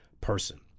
person